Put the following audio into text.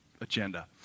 agenda